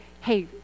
hey